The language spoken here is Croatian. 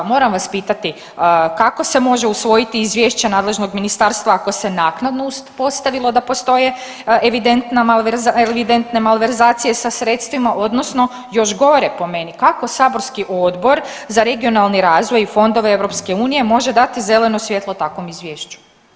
Moram vas pitati, kako se može usvojiti izvješće nadležnog ministarstva ako se naknadno uspostavilo da postoje evidentne malverzacije sa sredstvima, odnosno, još gore po meni, kako saborski Odbor za regionalni razvoj i EU može dati zeleno svjetlo takvom izvješću?